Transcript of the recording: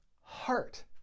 heart